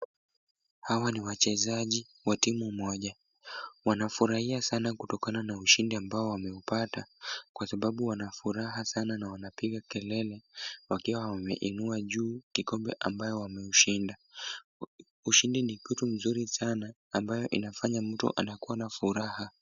Hawa ni wachezaji wa timu moja. Wanafurahia sana kutokana na ushindi ambao wameupata kwa sababu wana furaha sana na wanapiga kelele wakiwa wameinua juu kikombe ambayo wameushinda. Ushindi ni kitu mzuri sana ambayo inafanya mtu anakuwa na furaha.